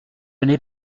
n’ai